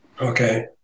Okay